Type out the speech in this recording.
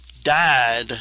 Died